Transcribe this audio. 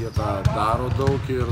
jie tą daro daug ir